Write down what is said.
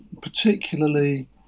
particularly